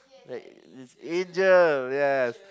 like like angel ya